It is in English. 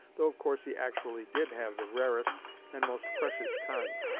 though of course he actually did have the rarest and most precious kind.